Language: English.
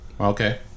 okay